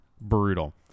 Brutal